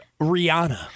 Rihanna